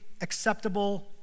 acceptable